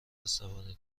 عصبانی